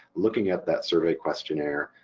looking at that survey questionnaire,